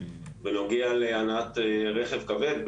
בנוגע להנעת רכב כבד.